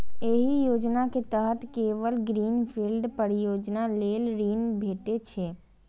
एहि योजना के तहत केवल ग्रीन फील्ड परियोजना लेल ऋण भेटै छै